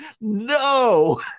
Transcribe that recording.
no